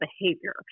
behavior